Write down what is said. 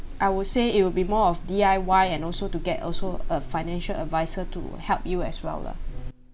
I would say it will be more of D_I_Y and also to get also a financial adviser to help you as well lah